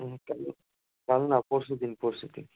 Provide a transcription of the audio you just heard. হুম কাল না পরশুদিন পরশুদিন